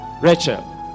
Rachel